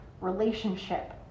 relationship